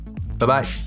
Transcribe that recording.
Bye-bye